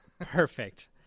Perfect